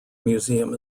museum